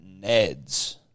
Neds